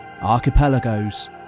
archipelagos